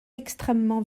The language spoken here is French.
extrêmement